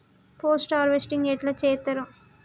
Post harvesting ఎట్ల చేత్తరు?